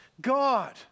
God